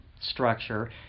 structure